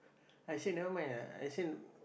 I said never mind lah I said